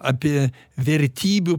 apie vertybių